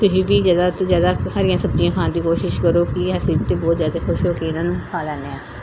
ਤੁਸੀਂ ਵੀ ਜ਼ਿਆਦਾ ਤੋਂ ਜ਼ਿਆਦਾ ਹਰੀਆਂ ਸਬਜ਼ੀਆਂ ਖਾਣ ਦੀ ਕੋਸ਼ਿਸ਼ ਕਰੋ ਕਿ ਅਸੀਂ ਤਾਂ ਬਹੁਤ ਜ਼ਿਆਦਾ ਖੁਸ਼ ਹੋ ਕੇ ਇਹਨਾਂ ਨੂੰ ਖਾ ਲੈਂਦੇ ਹਾਂ